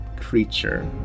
creature